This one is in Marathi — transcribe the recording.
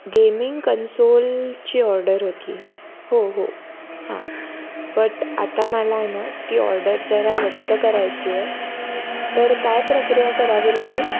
गेमिंग कन्सोलची ऑर्डर होती हो हो हां बट आता मला आहे ना ती ऑर्डर जरा रद्द करायची आहे तर काय प्रक्रिया करावी लागेल